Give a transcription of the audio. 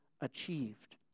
achieved